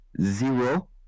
zero